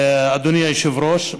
אדוני היושב-ראש,